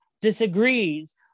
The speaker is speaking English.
disagrees